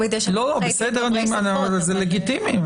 זה לגיטימי.